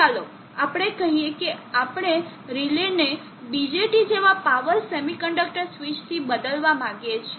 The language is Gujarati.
ચાલો આપણે કહીએ કે આપણે રિલેને BJT જેવા પાવર સેમિકન્ડક્ટર સ્વીચથી બદલવા માંગીએ છીએ